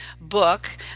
book